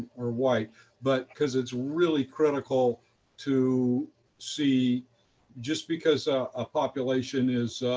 or white but because it's really critical to see just because a population is